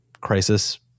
crisis